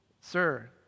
Sir